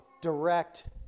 direct